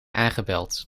aangebeld